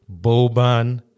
Boban